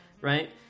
right